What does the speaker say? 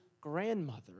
grandmother